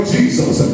Jesus